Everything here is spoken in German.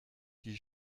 die